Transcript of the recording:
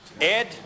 Ed